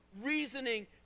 reasoning